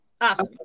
Awesome